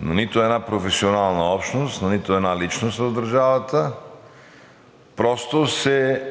на нито една професионална общност, на нито една личност в държавата – просто се